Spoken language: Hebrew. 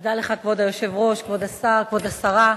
תודה לך, כבוד השר, כבוד השרה,